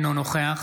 אינו נוכח